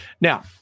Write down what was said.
Now